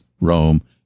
Rome